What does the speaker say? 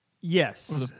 Yes